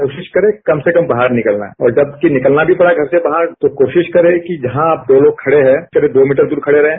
कोशिश करें कम से कम बाहर निकलना है और जबकि निकलना भी पड़ा घर से बाहर तो कोशिश करें कि जहां दो लोग खड़े हैं करीब दो मीटर दूर खड़े रहें